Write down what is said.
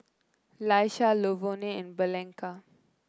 Laisha Lavonne and Blanca